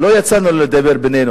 לא יצא לנו לדבר בינינו,